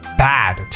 bad